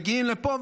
מגיעים לפה,